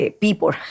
people